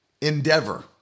endeavor